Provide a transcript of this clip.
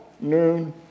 noon